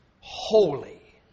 holy